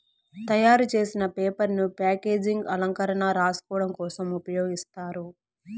తయారు చేసిన పేపర్ ను ప్యాకేజింగ్, అలంకరణ, రాసుకోడం కోసం ఉపయోగిస్తారు